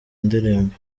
ndirimbo